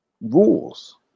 rules